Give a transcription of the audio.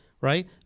right